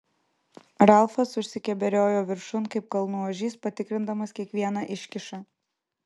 ralfas užsikeberiojo viršun kaip kalnų ožys patikrindamas kiekvieną iškyšą